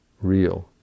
real